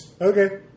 Okay